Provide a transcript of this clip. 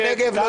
הנגב לא יופקר.